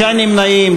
תשעה נמנעים,